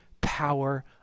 power